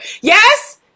Yes